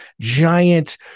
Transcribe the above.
giant